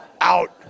out